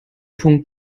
punkt